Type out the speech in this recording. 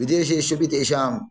विदेशेष्वपि तेषां